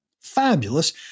Fabulous